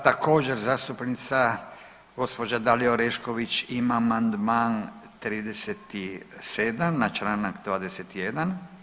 Također zastupnica gospođa Dalija Orešković ima amandman 37. na Članak 21.